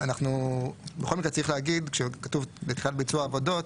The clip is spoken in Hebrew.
בכל מקרה, כשכתוב בתחילת ביצוע העבודות,